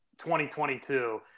2022